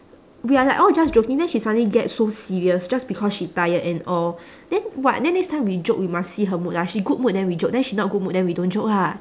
we are like all just joking then she suddenly get so serious just because she tired and all then what then next time we joke we must see her mood lah she good mood then we joke then she not good mood then we don't joke ah